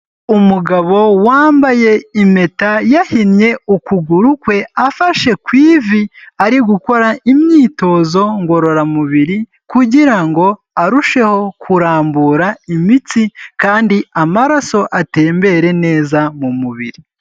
Umugabo wambaye impeta, yahinnye ukuguru kwe afashe ku ivi, ari gukora imyitozo ngororamubiri kugira ngo arusheho kurambura imitsi kandi amaraso atembere neza mu mubiri.